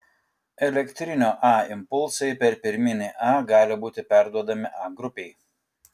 elektrinio a impulsai per pirminį a gali būti perduodami a grupei